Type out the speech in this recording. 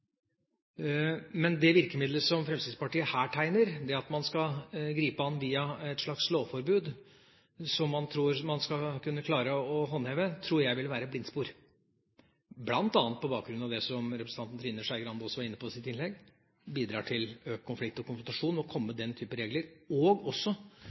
Men det virkemidlet som Fremskrittspartiet her tegner – det at man skal gripe dette an via et slags lovforbud som man tror man skal kunne klare å håndheve – tror jeg vil være et blindspor. Blant annet på bakgrunn av det representanten Trine Skei Grande var inne på i sitt innlegg, bidrar det til økt konflikt og konfrontasjon å komme med den type regler, og det vil også